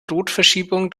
rotverschiebung